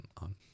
on